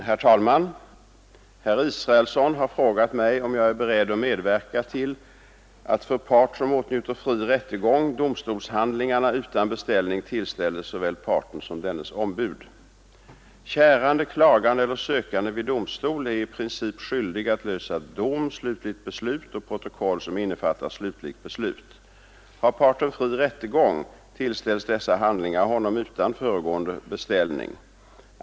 Herr talman! Herr Israelsson har frågat mig om jag är beredd att medverka till att för part, som åtnjuter fri rättegång, domstolshandlingarna utan beställning tillställes såväl parten som dennes ombud. Kärande, klagande eller sökande vid domstol är i princip skyldig att lösa dom, slutligt beslut och protokoll som innefattar slutligt beslut. Har parten fri rättegång, tillställs dessa handlingar honom utan föregående beställning.